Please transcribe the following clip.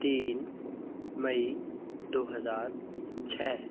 तीन मई दो हजार छः